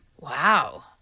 Wow